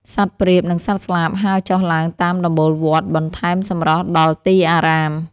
សត្វព្រាប និងសត្វស្លាបហើរចុះឡើងតាមដំបូលវត្ត បន្ថែមសម្រស់ដល់ទីអារាម។